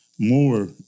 More